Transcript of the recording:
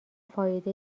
فایده